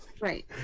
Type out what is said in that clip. Right